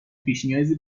پیشنیازی